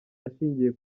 ashingiye